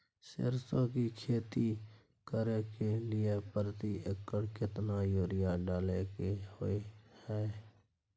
सरसो की खेती करे के लिये प्रति एकर केतना यूरिया डालय के होय हय?